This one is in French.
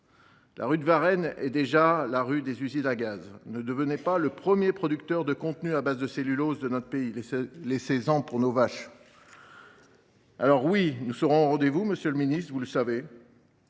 La rue de Varenne est déjà la rue des usines à gaz. Ne devenez pas le premier producteur de contenus à base de cellulose de notre pays. Laissez en pour nos vaches ! Alors, oui, nous serons au rendez vous, monsieur le ministre, et vous le savez.